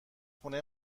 خونه